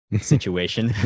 situation